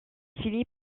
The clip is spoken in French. finit